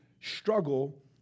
struggle